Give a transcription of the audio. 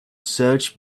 search